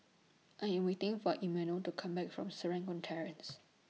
I Am waiting For Emanuel to Come Back from Serangoon Terrace